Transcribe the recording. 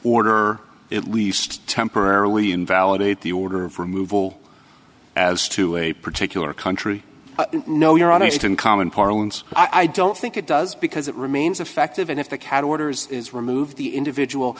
order at least temporarily invalidate the order of removal as to a particular country no you're honest in common parlance i don't think it does because it remains affective and if the cat orders is removed the individual